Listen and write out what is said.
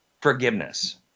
forgiveness